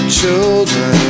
children